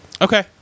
Okay